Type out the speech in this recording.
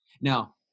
Now